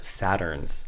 Saturns